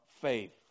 faith